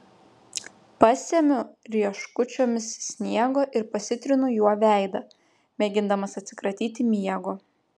pasemiu rieškučiomis sniego ir pasitrinu juo veidą mėgindamas atsikratyti miego